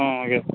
ah okay sir